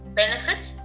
benefits